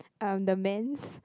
um the man's